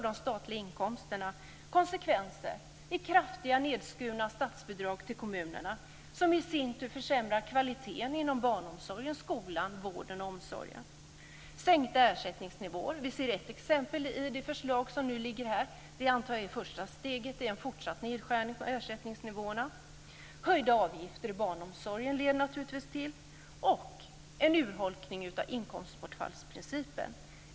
Det blir kraftigt nedskurna statsbidrag till kommunerna vilket i sin tur försämrar kvaliteten inom barnomsorgen, skolan, vården och omsorgen. Sänkta ersättningsnivåer ser vi ett exempel på i det förslag som ligger framme här. Det är, antar jag, första steget i en fortsatt nedskärning av ersättningsnivåerna. Det leder naturligtvis till höjda avgifter i barnomsorgen och en urholkning av inkomstbortfallsprincipen.